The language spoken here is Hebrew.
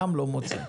גם לא מוצא.